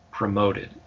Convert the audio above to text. promoted